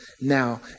now